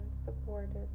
supported